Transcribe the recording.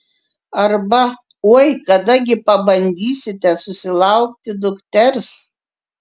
arba oi kada gi pabandysite susilaukti dukters